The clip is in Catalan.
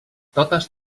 totes